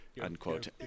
unquote